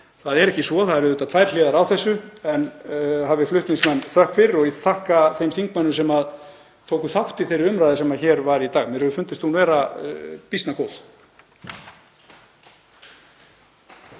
Það er ekki svo. Það eru auðvitað tvær hliðar á þessu. Hafi flutningsmenn þökk fyrir og ég þakka þeim þingmönnum sem tóku þátt í þeirri umræðu sem hér var í dag. Mér hefur fundist hún býsna góð.